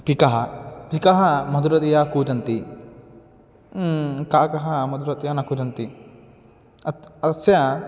पिकः पिकः मधुरतया कूजति काकः मधुरतया न कूजति अतः अस्य